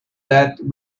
that